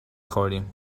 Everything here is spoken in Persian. خوردیم